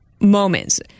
moments